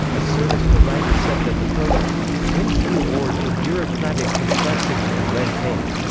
a service provider said that the program wins the award for bureaucratic complexity and red tape.